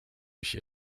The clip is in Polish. się